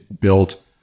built